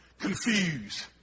confused